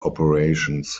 operations